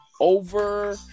over